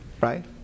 right